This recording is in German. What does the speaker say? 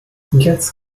jetzt